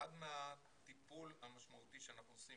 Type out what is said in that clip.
ואחד מהטיפולים המשמעותיים שאנחנו עושים